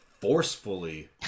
forcefully